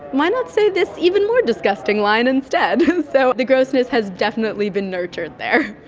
why not say this even more disgusting line instead? so the grossness has definitely been nurtured there.